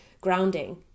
grounding